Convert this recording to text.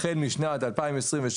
החל משנת 2027,